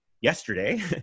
yesterday